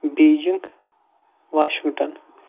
Beijing Washington